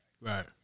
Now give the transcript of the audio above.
right